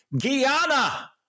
Guyana